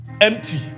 empty